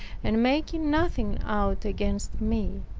and making nothing out against me,